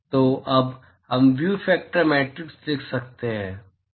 तो अब हम व्यू फ़ैक्टर मैट्रिक्स लिख सकते हैं